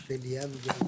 הישיבה ננעלה בשעה